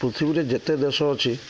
ପୃଥିବୀରେ ଯେତେ ଦେଶ ଅଛି